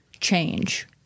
change